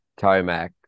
Tomac